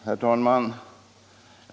Herr talman!